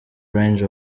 range